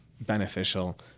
beneficial